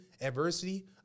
adversity